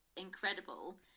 incredible